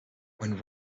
when